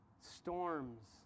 storms